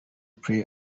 play